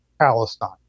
Palestine